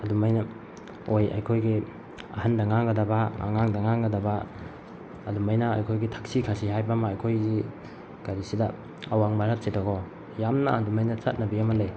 ꯑꯗꯨꯃꯥꯏꯅ ꯑꯣꯏ ꯑꯩꯈꯣꯏꯒꯤ ꯑꯍꯟꯗ ꯉꯥꯡꯒꯗꯕ ꯑꯉꯥꯡꯗ ꯉꯥꯡꯒꯗꯕ ꯑꯗꯨꯃꯥꯏꯅ ꯑꯩꯈꯣꯏꯒꯤ ꯊꯛꯁꯤ ꯈꯥꯁꯤ ꯍꯥꯏꯕ ꯑꯃ ꯑꯩꯈꯣꯏꯒꯤ ꯀꯔꯤ ꯁꯤꯗ ꯑꯋꯥꯡ ꯚꯥꯔꯠꯁꯤꯗꯀꯣ ꯌꯥꯝꯅ ꯑꯗꯨꯃꯥꯏꯅ ꯆꯠꯅꯕꯤ ꯑꯃ ꯂꯩ